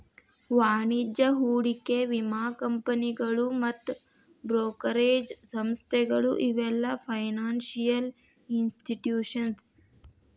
ವಾಣಿಜ್ಯ ಹೂಡಿಕೆ ವಿಮಾ ಕಂಪನಿಗಳು ಮತ್ತ್ ಬ್ರೋಕರೇಜ್ ಸಂಸ್ಥೆಗಳು ಇವೆಲ್ಲ ಫೈನಾನ್ಸಿಯಲ್ ಇನ್ಸ್ಟಿಟ್ಯೂಷನ್ಸ್